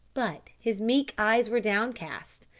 but his meek eyes were downcast,